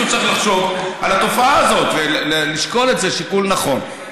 צריך לחשוב על התופעה הזאת ולשקול את זה שיקול נכון.